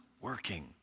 working